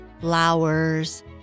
flowers